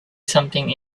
something